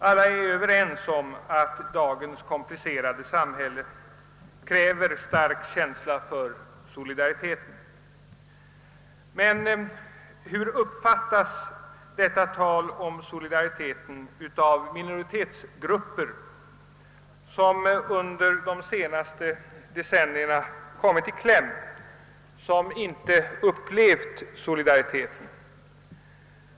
Alla är överens om att dagens komplicerade samhälle kräver stark känsla för solidariteten — men hur uppfattas detta tal av de minoritetsgrupper som under de senaste decennierna kommit i kläm och inte har upplevt solidariteten?